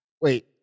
Wait